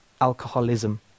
alcoholism